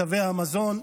בתווי ה מזון,